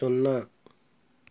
సున్నా